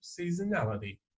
seasonality